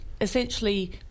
essentially